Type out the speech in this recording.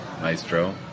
Maestro